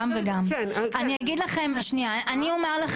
אני מדברת